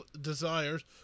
desires